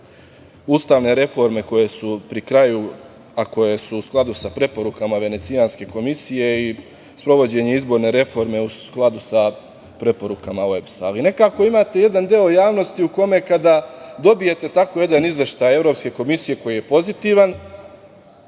ustavne reforme, koje su pri kraju, a koje su u skladu sa preporukama Venecijanske komisije i sprovođenje izborne reforme u skladu sa preporukama OEBS-a. Ali, nekako imate jedan deo javnosti u kome kada dobijete tako jedan izveštaj Evropske komisije koji je pozitivan,